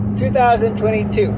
2022